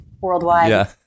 worldwide